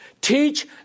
Teach